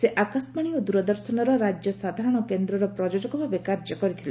ସେ ଆକାଶବାଣୀ ଓ ଦ୍ରଦର୍ଶନର ରାଜ୍ୟ ସାଧାରଶ କେନ୍ଦର ପ୍ରଯୋଜକ ଭାବେ କାର୍ଯ୍ୟ କରିଥିଲେ